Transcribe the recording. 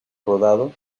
rodado